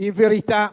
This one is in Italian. In realtà,